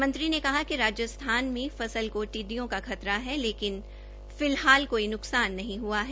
मंत्री ने कहा कि राज्स्थान में फसल को टिड्डियों का खतरा है लेकिन फिलहाल कोई नुकसा नहीं हुआ है